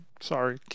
Sorry